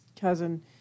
cousin